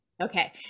Okay